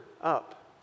up